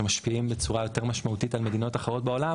שמשפיעים בצורה יותר משמעותית על מדינות אחרות בעולם,